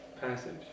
passage